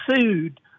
sued